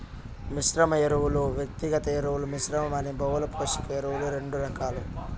మిశ్రమ ఎరువులు, వ్యక్తిగత ఎరువుల మిశ్రమం అని బహుళ పోషక ఎరువులు రెండు రకాలు